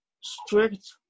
strict